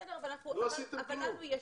לא עשיתם כלום.